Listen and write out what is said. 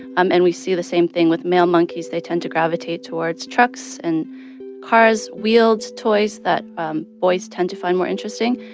um and we see the same thing with male monkeys. they tend to gravitate towards trucks and cars, wheels toys that um boys tend to find more interesting.